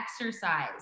exercise